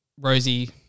Rosie